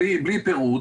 בלי פירוט,